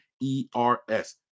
E-R-S